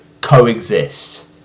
coexist